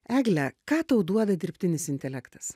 egle ką tau duoda dirbtinis intelektas